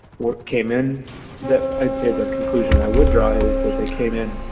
what came in that i'd say that conclusion i would draw is that they came in